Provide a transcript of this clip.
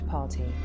Party